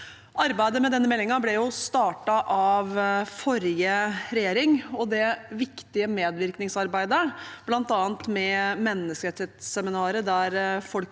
Arbeidet med denne meldingen ble startet av forrige regjering. Det viktige medvirkningsarbeidet, bl.a. med menneskerettsseminaret,